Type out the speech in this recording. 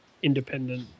independent